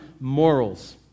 morals